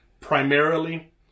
Primarily